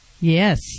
Yes